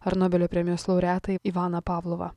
ar nobelio premijos laureatą ivaną pavlovą